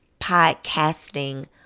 podcasting